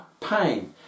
pain